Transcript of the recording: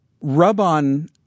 rub-on